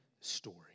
story